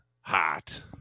hot